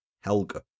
Helga